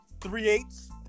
three-eighths